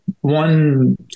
one